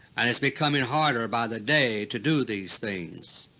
and it's becoming harder by the day to do these things.